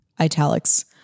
Italics